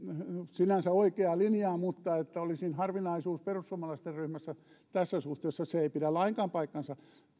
sinänsä oikeaa linjaa mutta se että olisin harvinaisuus perussuomalaisten ryhmässä tässä suhteessa ei pidä lainkaan paikkaansa